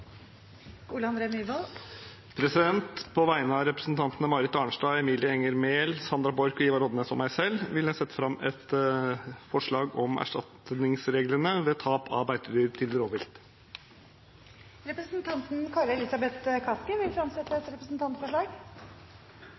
Ole André Myhrvold vil fremsette et representantforslag. På vegne av representantene Marit Arnstad, Emilie Enger Mehl, Sandra Borch, Ivar Odnes og meg selv vil jeg sette fram et forslag om erstatningsreglene ved tap av beitedyr til rovvilt. Representanten Kari Elisabeth Kaski vil fremsette et representantforslag.